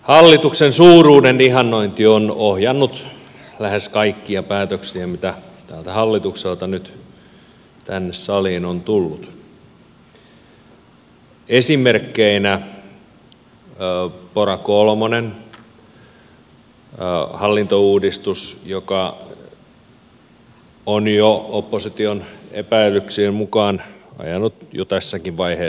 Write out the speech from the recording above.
hallituksen suuruuden ihannointi on ohjannut lähes kaikkia päätöksiä mitä tältä hallitukselta nyt tänne saliin on tullut esimerkkinä pora kolmonen hallintouudistus joka on opposition epäilyksien mukaan ajanut jo tässä vaiheessa kiville